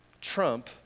trump